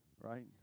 right